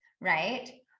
right